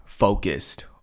focused